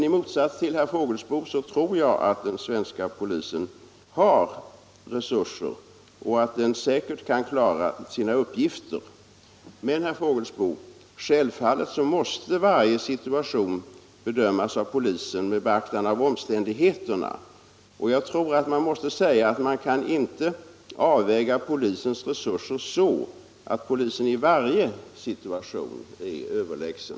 I motsats till herr Fågelsbo tror jag att den svenska polisen har resurser och att den säkert kan klara sina uppgifter. Men, herr Fågelsbo, självfallet måste varje situation bedömas av polisen med beaktande av omständigheterna. Jag tror inte att man kan avväga polisens resurser så att man i varje situation kan säga att polisen är överlägsen.